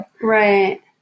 Right